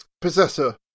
possessor